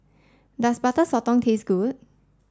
does Butter Sotong taste good